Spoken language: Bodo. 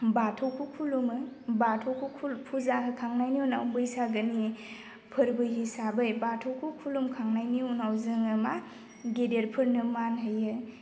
बाथौखौ खुलुमो बाथौखौ फुजा होखांनायनि उनाव बैसागोनि फोरबो हिसाबै बाथौखौ खुलुमखांनायनि उनाव जोङो मा गेदेरफोरनो मान होयो